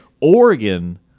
Oregon